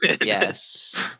Yes